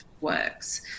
works